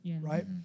right